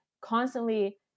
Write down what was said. constantly